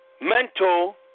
mental